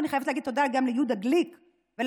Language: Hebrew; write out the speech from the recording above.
ואני חייבת להגיד תודה גם ליהודה גליק ולהדס,